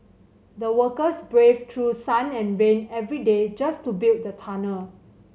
the workers braved through sun and rain every day just to build the tunnel